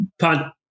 pun